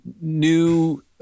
New